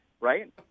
right